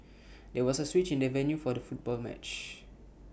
there was A switch in the venue for the football match